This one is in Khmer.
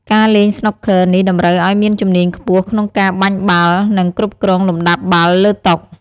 ការលេងស្នូកឃ័រនេះតម្រូវឲ្យមានជំនាញខ្ពស់ក្នុងការបាញ់បាល់ និងគ្រប់គ្រងលំដាប់បាល់លើតុ។